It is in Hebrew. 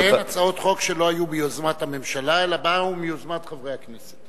שתיהן הצעות חוק שלא היו ביוזמת הממשלה אלא באו מיוזמת חברי הכנסת.